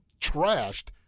trashed